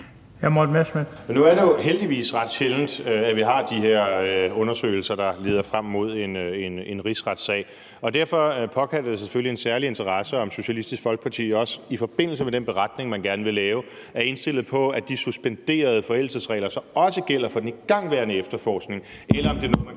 nu er det jo heldigvis ret sjældent, at vi har de her undersøgelser, der leder frem mod en rigsretssag. Og derfor påkalder det sig selvfølgelig en særlig interesse, om Socialistisk Folkeparti også i forbindelse med den beretning, man gerne vil lave, er indstillet på, at de suspenderede forældelsesregler så også gælder for den igangværende efterforskning,